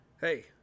Hey